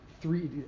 three